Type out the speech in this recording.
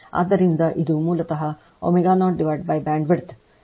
ಆದ್ದರಿಂದ ಇದು ಮೂಲತಃ W 0 BW ಬ್ಯಾಂಡ್ವಿಡ್ತ್ ಆಗಿದೆ